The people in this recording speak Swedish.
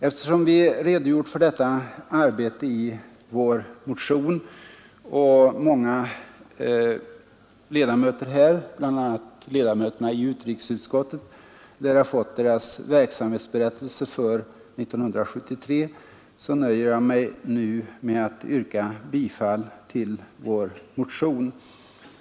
Eftersom vi redogjort för detta arbete i vår motion och många ledamöter här, bl.a. ledamöterna i utrikesutskottet, har fått deras verksamhetsberättelse för 1973, nöjer jag mig nu med att yrka bifall till vår motion.